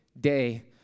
day